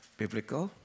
biblical